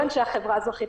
כל אנשי החברה האזרחית,